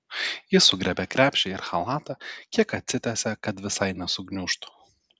ji sugriebia krepšį ir chalatą kiek atsitiesia kad visai nesugniužtų